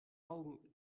augen